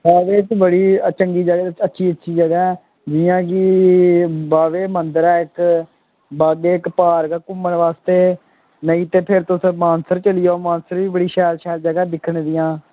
बाह्वे ते बड़ी अच्छी अच्छी जगह ऐ जियां की बाह्वे मंदर ऐ इक्क बाग पार्क ऐ इक्क घुम्मन बास्तै नेईं तां तुस मानसर चली जाओ मानसर बी बड़ी शैल सैल जगहां न घुम्मनै आह्लियां